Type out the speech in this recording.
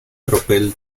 tropel